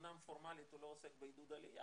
אמנם פורמלית הוא לא עוסק בעידוד עלייה,